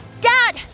Dad